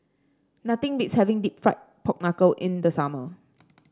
nothing beats having deep fried Pork Knuckle in the summer